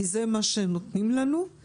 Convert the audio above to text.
כי זה מה שהם נותנים לנו.